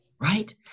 Right